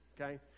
okay